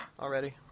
already